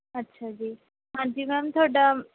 ਅੱਛਾ ਜੀ ਹਾਂਜੀ ਮੈਮ ਤੁਹਾਡਾ